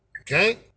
Okay